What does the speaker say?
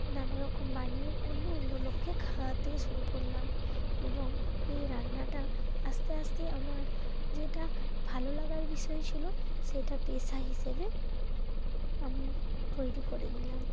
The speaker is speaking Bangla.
নানা রকম বানিয়ে অন্য অন্য লোককে খাওয়াতে শুরু করলাম এবং এই রান্নাটা আস্তে আস্তে আমার যেটা ভালো লাগার বিষয় ছিল সেটা পেশা হিসেবে আমি তৈরি করে নিলাম